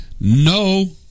no